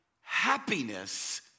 happiness